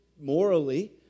morally